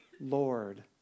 Lord